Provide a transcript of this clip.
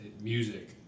music